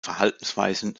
verhaltensweisen